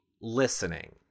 listening